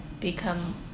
become